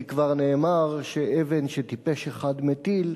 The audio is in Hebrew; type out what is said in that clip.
כי כבר נאמר שאבן שטיפש אחד מטיל,